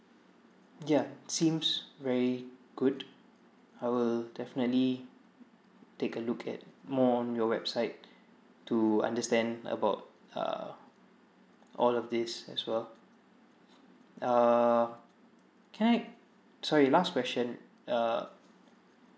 yeah seems very good I will definitely take a look at more on your website to understand about err all of these as well ah can I sorry last question uh